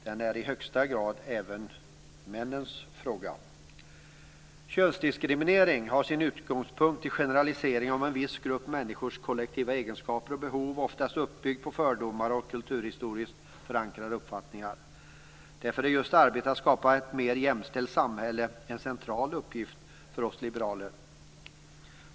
Den är i högsta grad även männens fråga. Könsdiskriminering har sin utgångspunkt i generaliseringar om en viss grupp människors kollektiva egenskaper och behov, oftast uppbyggd på fördomar och kulturhistoriskt förankrade uppfattningar. Därför är just arbetet med att skapa ett mer jämställt samhälle en central uppgift för oss liberaler.